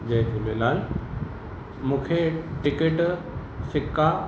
जय झूलेलाल मूंखे टिकट सिका